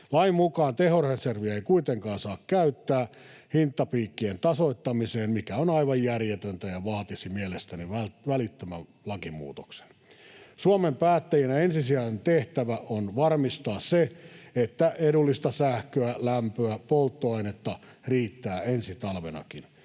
Lain mukaan tehoreserviä ei kuitenkaan saa käyttää hintapiikkien tasoittamiseen, mikä on aivan järjetöntä ja vaatisi mielestäni välittömän lakimuutoksen. Suomen päättäjien ensisijainen tehtävä on varmistaa se, että edullista sähköä, lämpöä ja polttoainetta riittää ensi talvenakin.